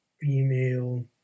female